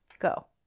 Go